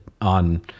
on